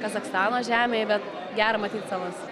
kazachstano žemėj bet gera matyt savas